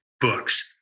books